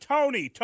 Tony